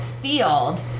field